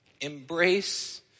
embrace